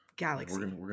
galaxy